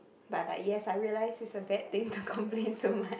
but like yes I realise it's a bad thing to complain so much